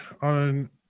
on